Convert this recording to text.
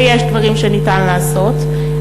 ויש דברים שניתן לעשות,